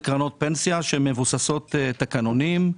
קרנות פנסיה שמבוססות תקנונים,